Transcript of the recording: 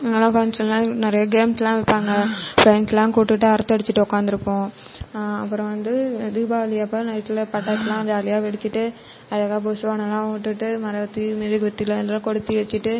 நல்லா ஃபங்க்ஷன்லாம் நிறைய கேம்ஸ்லாம் வைப்பாங்க ஃப்ரெண்ட்ஸ்லாம் கூட்டுகிட்டு அரட்டை அடிச்சிகிட்டு உட்காந்துருப்போம் அப்புறம் வந்து தீபாவளி அப்போ நைட்டில் பட்டாசுலாம் ஜாலியாக வெடிச்சிகிட்டு அழகாக புஸ்வானலாம் விட்டுட்டு மரவத்தி மெழுகுவத்திலாம் எல்லாரும் கொளுத்தி வச்சிகிட்டு